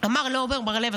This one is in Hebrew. אמר לעמר בר לב,